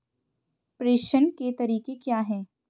प्रेषण के तरीके क्या हैं?